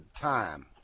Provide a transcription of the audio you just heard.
time